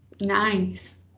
Nice